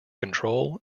control